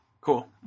cool